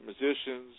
musicians